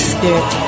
Spirit